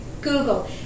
Google